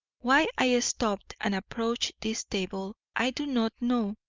why i stopped and approached this table i do not know,